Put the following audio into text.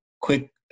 quick